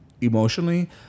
emotionally